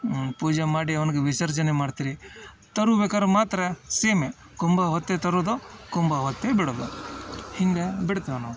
ಪೂಜೆ ಮಾಡಿ ಅವನ್ಗೆ ವಿಸರ್ಜನೆ ಮಾಡ್ತೀರಿ ತರಬೇಕಾರೆ ಮಾತ್ರ ಸೇಮೆ ಕುಂಬ ಹೊತ್ತೇ ತರೋದು ಕುಂಬ ಹೊತ್ತೇ ಬಿಡೋದು ಹಿಂಗೆ ಬಿಡ್ತೇವೆ ನಾವು